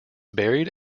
buried